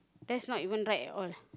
that's not even right at all